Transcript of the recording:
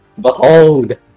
Behold